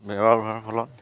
ব্যৱহাৰ হোৱাৰ ফলত